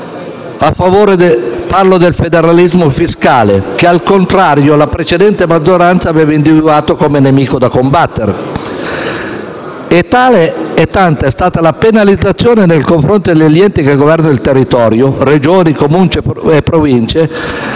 Parlo del federalismo fiscale, che al contrario la precedente maggioranza aveva individuato come nemico da combattere. E tale e tanta è stata la penalizzazione nei confronti degli enti che governano il territorio, Regioni, Comuni e Province